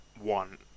one